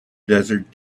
desert